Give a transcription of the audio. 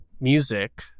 music